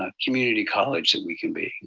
um community college that we can be.